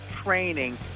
training